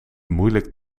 moeilijk